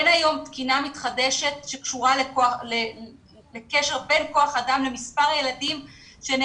אין היום תקינה מתחדשת שקשורה לקשר בין כוח אדם למספר הילדים שגדל,